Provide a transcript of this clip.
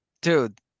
Dude